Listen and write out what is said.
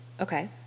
Okay